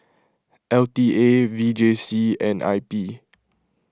L T A V J C and I P